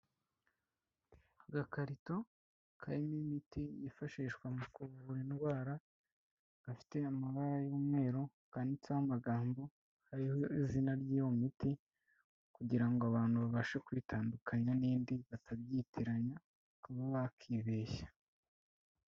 Agakarito karimo imiti yifashishwa mu kuvura indwara, gafite amabara y'umweru, kanditseho amagambo hariho izina ry'iyo miti kugira ngo abantu babashe kuyitandukanya n'indi, batabyitiranya bakaba bakibeshya.